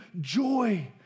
joy